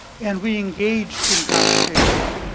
and we engaged in conversation.